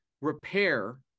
repair